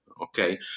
Okay